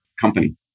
company